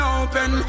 open